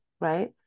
right